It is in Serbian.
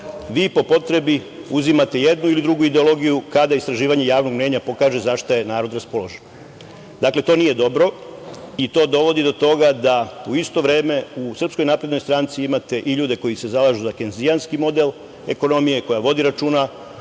vi po potrebi uzimati jednu ili drugu ideologiju kada istraživanje javnog mnjenja pokaže za šta je narod raspoložen. Dakle, to nije dobro i to dovodi do toga da u isto vreme u SNS imate i ljude koji se zalažu za kejnzijanski model ekonomije koja vodi računa